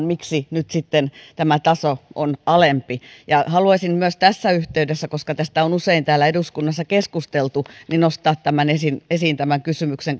miksi nyt sitten tämä taso on alempi haluaisin myös tässä yhteydessä koska tästä on usein täällä eduskunnassa keskusteltu nostaa esiin esiin tämän kysymyksen